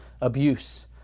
abuse